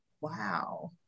wow